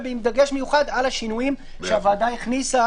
עם דגש מיוחד על השינויים שהוועדה הכניסה